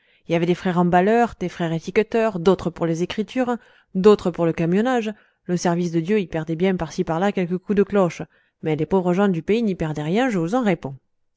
il y avait des frères emballeurs des frères étiqueteurs d'autres pour les écritures d'autres pour le camionnage le service de dieu y perdait bien par-ci par-là quelques coups de cloches mais les pauvres gens du pays n'y perdaient rien je vous en réponds